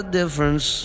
difference